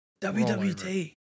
WWT